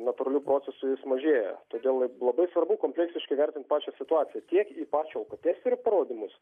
natūralių procesų jis mažėja todėl labai svarbu kompleksiškai vertint pačią situaciją tiek į pačio alkotesterio parodymus